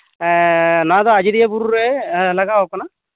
ᱱᱚᱣᱟ ᱫᱚ ᱟᱡᱳᱫᱤᱭᱟᱹ ᱵᱩᱨᱩ ᱨᱮ ᱞᱟᱜᱟᱣ ᱟᱠᱟᱱᱟ